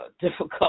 difficult